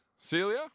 Celia